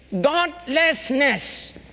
godlessness